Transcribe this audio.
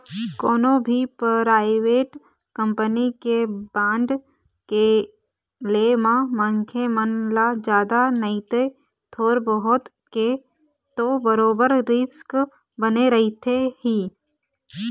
कोनो भी private company के बांड के ले म मनखे मन ल जादा नइते थोर बहुत के तो बरोबर रिस्क बने रहिथे ही